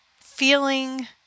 feeling